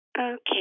Okay